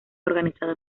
organizado